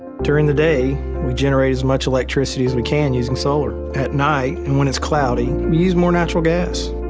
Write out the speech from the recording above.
during the day we generate as much electricity as we can using solar. at night, and when it's cloudy, we use more natural gas.